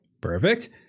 Perfect